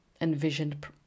envisioned